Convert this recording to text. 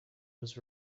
was